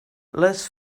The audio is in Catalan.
les